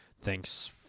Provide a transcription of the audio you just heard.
thanks